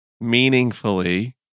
meaningfully